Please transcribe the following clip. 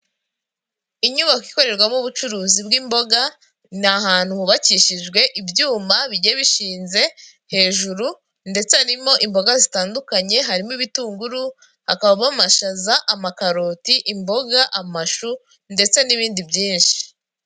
Inyubako ikorerwamo ubucuruzi bw'imboga, ni ahantu hubakishijwe ibyuma bigiye bishinze hejuru, ndetse harimo imboga zitandukanye, harimo ibitunguru, hakabamo amashaza, amakaroti, imboga, amashu, ndetse n'ibindi byinshi.